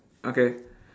okay